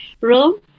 room